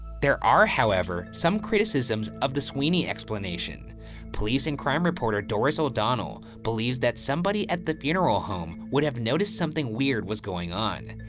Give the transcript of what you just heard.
there are however some criticisms of the sweeney explanation police and crime reporter doris o'donnell, believes that somebody at the funeral home would have noticed something weird was going on.